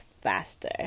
faster